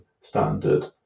standard